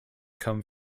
come